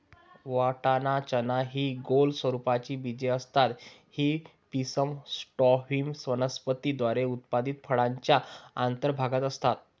वाटाणा, चना हि गोल स्वरूपाची बीजे असतात ही पिसम सॅटिव्हम वनस्पती द्वारा उत्पादित फळाच्या अंतर्भागात असतात